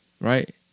Right